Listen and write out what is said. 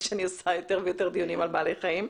שאני עושה יותר ויותר דיונים על בעלי חיים.